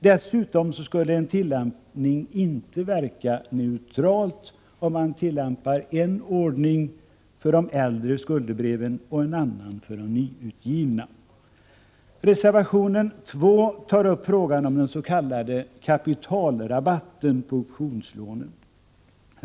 Dessutom skulle det inte vara neutralt, om man tillämpar en ordning för äldre skuldebrev och en annan för nyutgivna. Reservation 2 tar upp frågan om den s.k. kapitalrabatten på optionslån.